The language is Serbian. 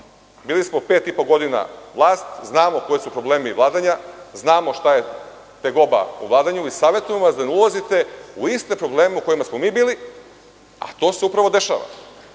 Bili smo pet i po godina vlast. Znamo koji su problemi vladanja. Znamo šta je tegoba u vladanju i savetujemo vas da ne ulazite u iste probleme u kojima smo mi bili, a to se upravo dešava.